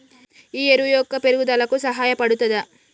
ఈ ఎరువు మొక్క పెరుగుదలకు సహాయపడుతదా?